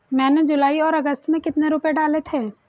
मैंने जुलाई और अगस्त में कितने रुपये डाले थे?